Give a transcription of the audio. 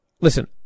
listen